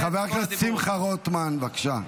חבר הכנסת שמחה רוטמן, בבקשה.